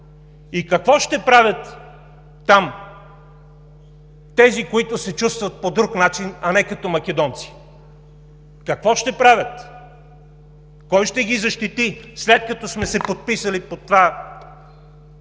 И какво ще правят там тези, които се чувстват по друг начин, а не като македонци? Какво ще правят? Кой ще ги защити след като сме се подписали под това?